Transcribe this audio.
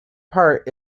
part